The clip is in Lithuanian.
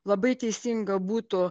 labai teisinga būtų